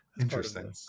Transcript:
Interesting